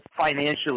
financially